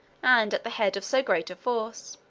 and at the head of so great a force.